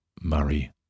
Murray